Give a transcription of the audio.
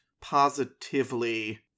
Positively